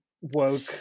woke